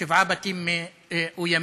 יש שבעה בתים מאוימים,